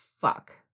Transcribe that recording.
fuck